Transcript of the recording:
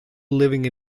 living